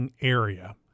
area